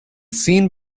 scene